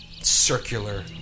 circular